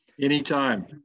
Anytime